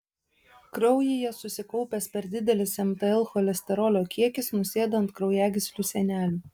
kraujyje susikaupęs per didelis mtl cholesterolio kiekis nusėda ant kraujagyslių sienelių